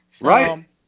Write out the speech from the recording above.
Right